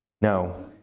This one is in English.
No